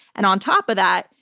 and on top of that,